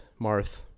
Marth